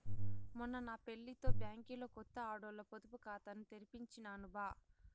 మొన్న నా పెళ్లితో బ్యాంకిలో కొత్త ఆడోల్ల పొదుపు కాతాని తెరిపించినాను బా